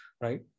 right